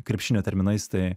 krepšinio terminais tai